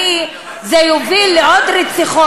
זה מה שאומרים היום במטווחים.